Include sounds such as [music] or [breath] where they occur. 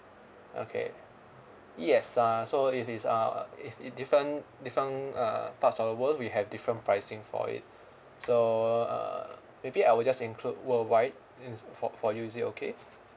okay yes uh so it is uh if it different different uh parts of the world we have different pricing for it [breath] so uh maybe I will just include worldwide in for for you is it okay